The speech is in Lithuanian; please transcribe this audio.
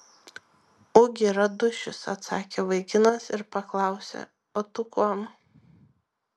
ugi radušis atsakė vaikinas ir paklausė o tu kuom